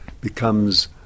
becomes